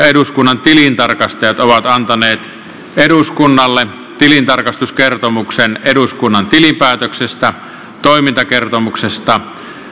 eduskunnan tilintarkastajat ovat antaneet eduskunnalle tilintarkastuskertomuksen eduskunnan tilinpäätöksestä toimintakertomuksesta